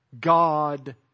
God